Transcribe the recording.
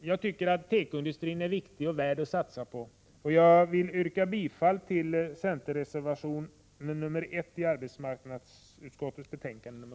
Jag tycker att tekoindustrin är viktig och värd att satsa på. Jag vill yrka bifall till centerreservation 1 i arbetsmarknadsutskottets betänkande ir